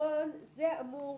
בעיקרון זה אמור